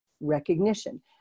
Recognition